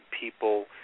people